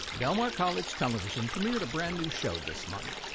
del mar college television premiered a brand new show this month,